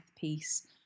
piece